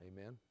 amen